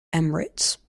emirates